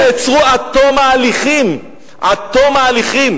הן נעצרו עד תום ההליכים, עד תום ההליכים.